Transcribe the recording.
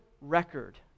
record